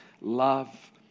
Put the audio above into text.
love